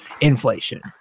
inflation